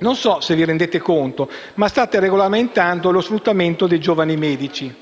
Non so se vi rendete conto, ma state regolamentando lo sfruttamento dei giovani medici.